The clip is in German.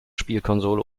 spielkonsole